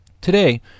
Today